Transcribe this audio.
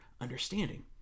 understanding